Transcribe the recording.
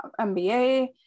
MBA